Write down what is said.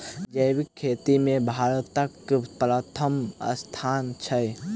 जैबिक खेती मे भारतक परथम स्थान छै